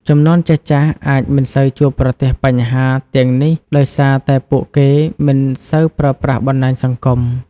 ជំនាន់ចាស់ៗអាចមិនសូវជួបប្រទះបញ្ហាទាំងនេះដោយសារតែពួកគេមិនសូវប្រើប្រាស់បណ្តាញសង្គម។